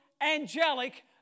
angelic